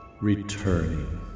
returning